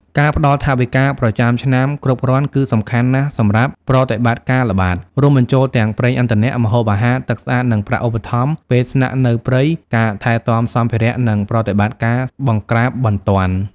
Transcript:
ការផ្តល់ថវិកាប្រចាំឆ្នាំគ្រប់គ្រាន់គឺសំខាន់ណាស់សម្រាប់ ប្រតិបត្តិការល្បាត រួមបញ្ចូលទាំងប្រេងឥន្ធនៈ ម្ហូបអាហារ ទឹកស្អាត និងប្រាក់ឧបត្ថម្ភពេលស្នាក់នៅព្រៃ ការថែទាំសម្ភារៈ និង ប្រតិបត្តិការបង្ក្រាបបន្ទាន់។